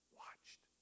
watched